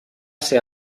ser